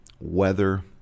weather